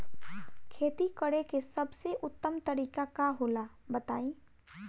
खेती करे के सबसे उत्तम तरीका का होला बताई?